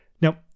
Now